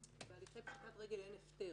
רק גם להגיד שבעיקר על בסיס דבריה של אמי,